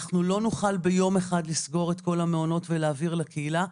אנחנו לא נוכל ביום אחד לסגור את כל המעונות ולהעביר לקהילה,